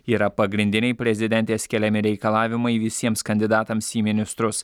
yra pagrindiniai prezidentės keliami reikalavimai visiems kandidatams į ministrus